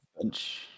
bench